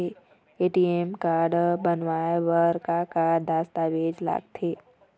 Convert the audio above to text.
ATM card बनवाए बर का का दस्तावेज लगथे?